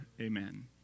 Amen